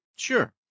Sure